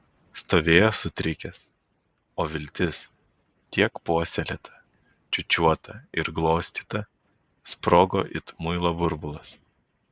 stovėjo sutrikęs o viltis tiek puoselėta čiūčiuota ir glostyta sprogo it muilo burbulas